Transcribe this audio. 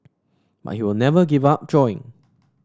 but he will never give up drawing